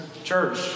church